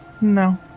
No